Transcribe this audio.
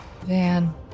Van